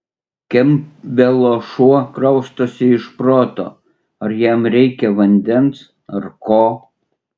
kempbelo šuo kraustosi iš proto ar jam reikia vandens ar ko